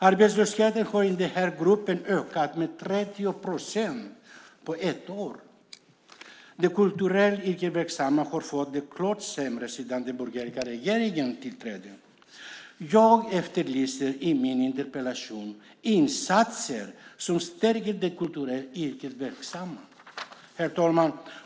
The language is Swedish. Arbetslösheten har i den gruppen ökat med 30 procent på ett år. De kulturellt yrkesverksamma har fått det klart sämre sedan den borgerliga regeringen tillträdde. Jag efterlyser i min interpellation insatser som stärker de kulturellt yrkesverksamma.